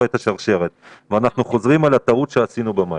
את השרשרת ואנחנו חוזרים על הטעות שעשינו במאי".